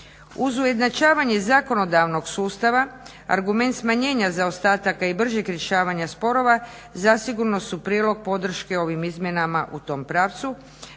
Uz ujednačavanje zakonodavnog sustava argument smanjenja zaostataka i bržeg rješavanja sporova zasigurno su prilog podrške ovim izmjenama u tom pravcu